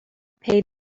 paid